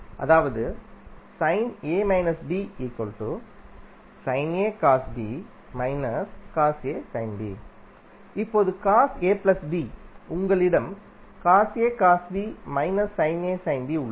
அதாவது இப்போது உங்களிடம் உள்ளது